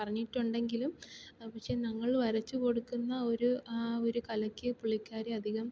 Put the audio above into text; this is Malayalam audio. പറഞ്ഞിട്ടുണ്ടെങ്കിലും ഒരു പക്ഷേ ഞങ്ങള് വരച്ച് കൊടുക്കുന്ന ഒരു ആ ഒര് കലയ്ക്ക് പുള്ളിക്കാരി അധികം